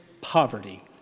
poverty